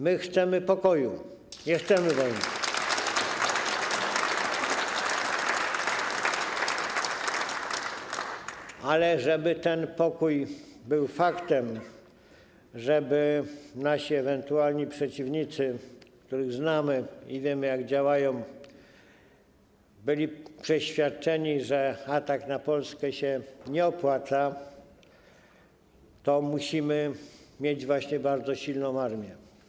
My chcemy pokoju, nie chcemy wojny, ale żeby ten pokój był faktem, żeby nasi ewentualni przeciwnicy, których znamy i o których wiemy, jak działają, byli przeświadczeni, że atak na Polskę się nie opłaca, to musimy mieć właśnie bardzo silną armię.